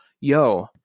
Yo